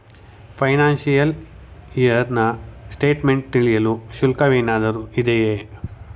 Financial year ನ statement ತಿಳಿಯಲು ಶುಲ್ಕವೇನಾದರೂ ಇದೆಯೇ?